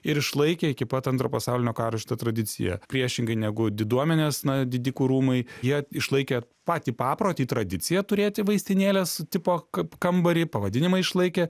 ir išlaikė iki pat antro pasaulinio karo šitą tradiciją priešingai negu diduomenės na didikų rūmai jie išlaikė patį paprotį tradiciją turėti vaistinėlės tipo kaip kambarį pavadinimą išlaikė